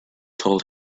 told